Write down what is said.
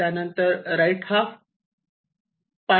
त्यानंतर right half part cut करतो